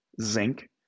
zinc